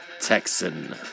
Texan